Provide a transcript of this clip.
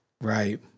Right